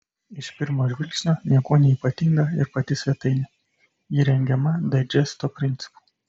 iš pirmo žvilgsnio niekuo neypatinga ir pati svetainė ji rengiama daidžesto principu